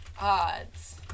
Odds